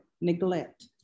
Neglect